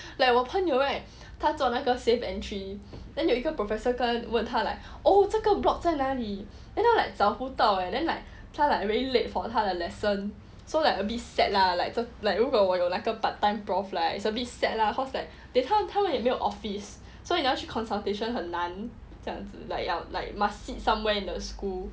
like 我朋友 right 他做那个 safe entry then 有一个 professor 问他 like oh 这个 block 在哪里 then 他 like 找不到 eh then like 他 like very late for 他的 lesson so like a bit sad lah like like 如果我有 like 那个 part time prof right it's a bit sad lah cause like 他们他们都没有 office so 你要去 consultation 很难这样子 like must sit somewhere in the school